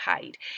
paid